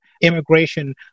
immigration